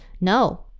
no